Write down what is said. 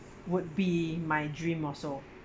would be my dream also